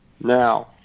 now